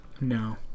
No